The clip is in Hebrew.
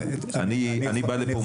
אני בא לפה מוכן.